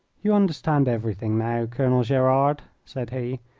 you understand everything now, colonel gerard, said he,